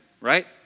right